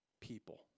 people